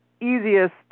easiest